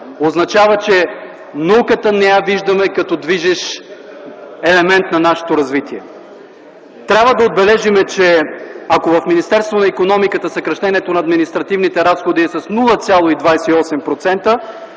означава, че не виждаме науката като движещ елемент на нашето развитие. Трябва да отбележим, че ако в Министерството на икономиката съкращението на административните разходи е с 0,28%,